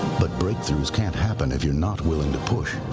but breakthroughs can't happen if you're not willing to push.